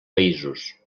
països